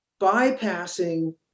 bypassing